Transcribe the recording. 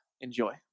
Enjoy